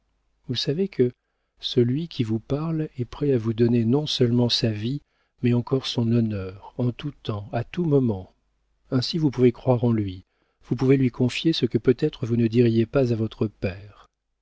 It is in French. vous savez que celui qui vous parle est prêt à vous donner non seulement sa vie mais encore son honneur en tout temps à tout moment ainsi vous pouvez croire en lui vous pouvez lui confier ce que peut-être vous ne diriez pas à votre père